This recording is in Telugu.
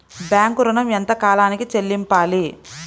బ్యాంకు ఋణం ఎంత కాలానికి చెల్లింపాలి?